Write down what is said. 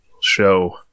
show